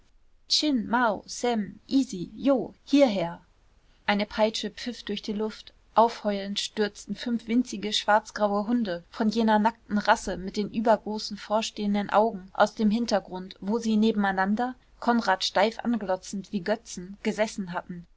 ysi jo hierher eine peitsche pfiff durch die luft aufheulend stürzten fünf winzige schwarzgraue hunde von jener nackten rasse mit den übergroßen vorstehenden augen aus dem hintergrund wo sie nebeneinander konrad steif anglotzend wie götzen gesessen hatten